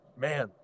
man